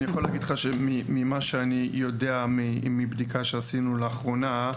ממה שאני יודע מבדיקה שעשינו לאחרונה,